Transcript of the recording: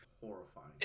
horrifying